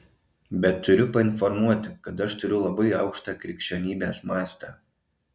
bet turiu painformuoti kad aš turiu labai aukštą krikščionybės mastą